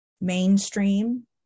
mainstream